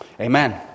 Amen